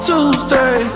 Tuesday